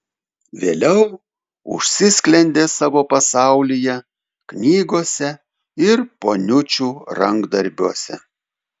vėliau užsisklendė savo pasaulyje knygose ir poniučių rankdarbiuose